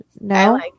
No